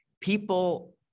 People